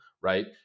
Right